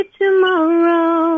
tomorrow